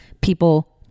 People